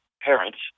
parents